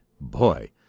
Boy